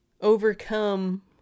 overcome